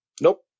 Nope